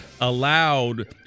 allowed